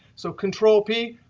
so control p,